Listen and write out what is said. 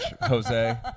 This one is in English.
Jose